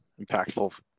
impactful